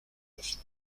neuf